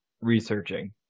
researching